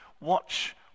watch